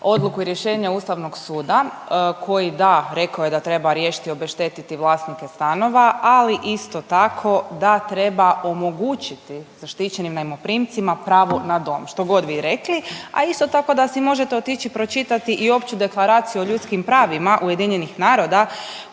odluku i rješenje Ustavnog suda koji da, rekao je da treba riješiti i obeštetiti vlasnike stanova ali isto tako da treba omogućiti zaštićenim najmoprimcima pravo na dom. Što god vi rekli, a isto tako da si možete otići pročitati i Opću deklaraciju o ljudskim pravima UN-a koja